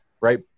right